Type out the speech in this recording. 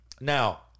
Now